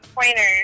pointers